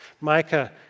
Micah